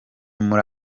muri